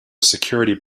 security